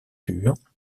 pur